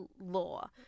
law